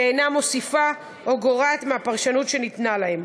ואינה מוסיפה או גורעת מהפרשנות שניתנה להם.